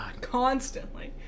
Constantly